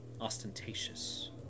ostentatious